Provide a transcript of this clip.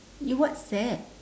you whatsapp